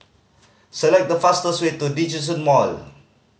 select the fastest way to Djitsun Mall